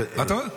כשהייתי בכנסת.